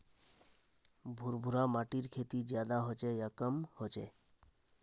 भुर भुरा माटिर खेती ज्यादा होचे या कम होचए?